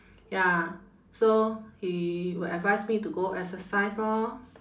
ya so he will advise me to go exercise lor